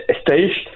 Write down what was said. stage